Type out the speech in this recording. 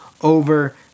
over